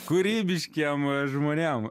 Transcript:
kūrybiškiems žmonėms